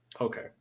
Okay